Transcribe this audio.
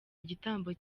igitambo